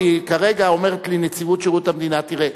כי כרגע אומרת לי נציבות שירות המדינה: תראה,